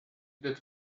that